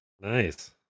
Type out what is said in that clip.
nice